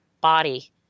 body